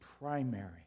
primary